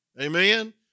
Amen